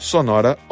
Sonora